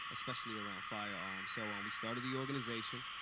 especially around firearms. so um we started the organization.